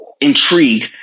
intrigue